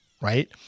right